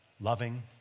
loving